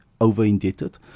over-indebted